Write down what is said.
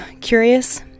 Curious